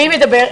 מי מדבר?